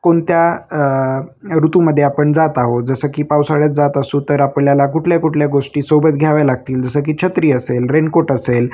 कोणत्या ऋतूमध्ये आपण जात आहो जसं की पावसाळ्यात जात असू तर आपल्याला कुठल्या कुठल्या गोष्टी सोबत घ्याव्या लागतील जसं की छत्री असेल रेनकोट असेल